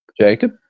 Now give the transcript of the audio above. Jacob